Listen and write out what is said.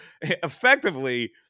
effectively